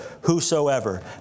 Whosoever